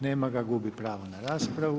Nema ga, gubi pravo na raspravu.